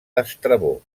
estrabó